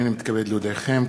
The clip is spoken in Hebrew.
הנני מתכבד להודיעכם,